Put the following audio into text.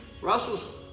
Russell's